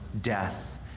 death